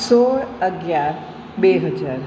સોળ અગિયાર બે હજાર